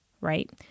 right